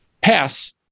pass